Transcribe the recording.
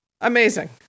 Amazing